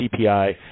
CPI